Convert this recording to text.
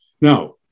Now